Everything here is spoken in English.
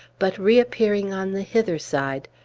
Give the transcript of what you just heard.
but reappearing on the hither side,